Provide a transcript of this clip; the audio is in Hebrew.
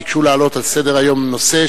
ביקשו להעלות על סדר-היום נושא,